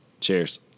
Cheers